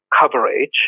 coverage